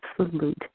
absolute